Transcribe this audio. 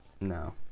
No